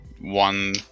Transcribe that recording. one